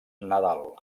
nadal